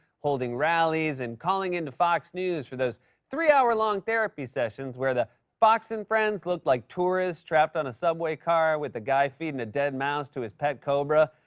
holding rallies, and calling into fox news for those three-hour-long therapy sessions where the fox and friends look like tourists trapped on a subway car with the guy feeding the dead mouse to his pet cobra.